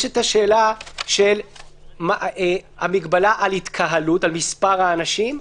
יש שאלת המגבלה על התקהלות על מספר האנשים,